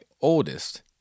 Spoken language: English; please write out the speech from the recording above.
oldest